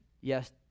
yes